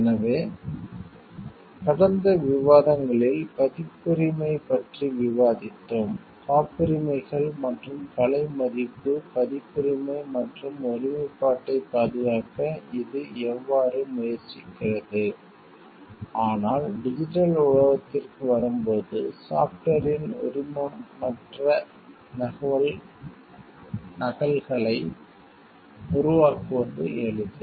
எனவே கடந்த விவாதங்களில் பதிப்புரிமை பற்றி விவாதித்தோம் காப்புரிமைகள் மற்றும் கலை மதிப்பு பதிப்புரிமை மற்றும் ஒருமைப்பாட்டைப் பாதுகாக்க இது எவ்வாறு முயற்சிக்கிறது ஆனால் டிஜிட்டல் உலகத்திற்கு வரும்போது சாஃப்ட்வேரின் உரிமமற்ற நகல்களை உருவாக்குவது எளிது